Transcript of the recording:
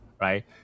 right